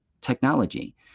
technology